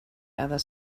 other